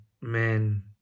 man